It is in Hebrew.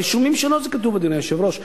אדוני היושב-ראש,